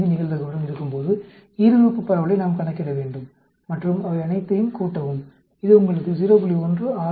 5 நிகழ்தகவுடன் இருக்கும்போது ஈருறுப்பு பரவலை நாம் கணக்கிட வேண்டும் மற்றும் அவை அனைத்தையும் கூட்டவும் இது உங்களுக்கு 0